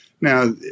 Now